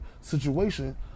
situation